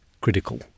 critical